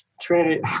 Trinity